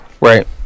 Right